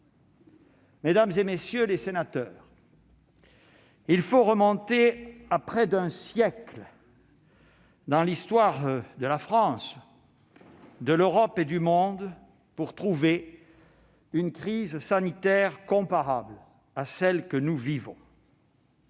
Mesdames, messieurs les sénateurs, il faut remonter à près d'un siècle dans l'histoire de la France, de l'Europe et du monde pour trouver une crise sanitaire comparable à celles que nous vivons.